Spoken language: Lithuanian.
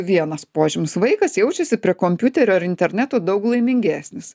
vienas požymis vaikas jaučiasi prie kompiuterio ar interneto daug laimingesnis